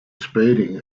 speeding